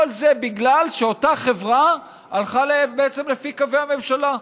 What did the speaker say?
כל זה בגלל שאותה חברה הלכה בעצם לפי קווי הממשלה.